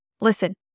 listen